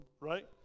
right